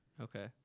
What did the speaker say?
Okay